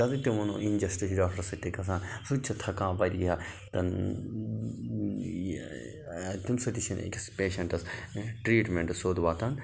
تَتٮ۪تھ تہِ وَنَو اِنجَسٹٕس چھِ ڈاکٹَرس سۭتۍ تہِ گژھان سُہ تہِ چھُ تھکان واریاہ تَن یہِ تَمہِ سۭتۍ تہِ چھِنہٕ أکِس پیشَنٛٹَس ٹرٛیٖٹمٮ۪نٛٹ سیوٚد واتان